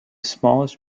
smallest